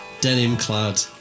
denim-clad